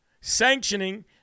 sanctioning